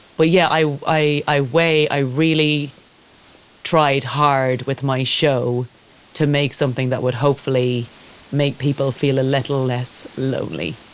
but yeah, i, i i weigh i really tried hard with my show to make something that would hopefully make people feel a little less lonely